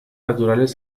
naturales